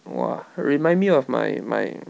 !wah! remind me of my my